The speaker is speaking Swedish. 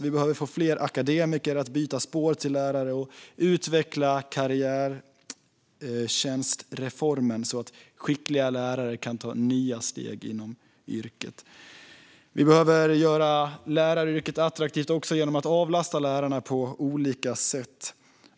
Vi behöver få fler akademiker att byta spår till lärare, och vi behöver utveckla karriärtjänstreformen så att skickliga lärare kan ta nya steg inom yrket. Vi behöver göra läraryrket attraktivt också genom att avlasta lärarna på olika sätt.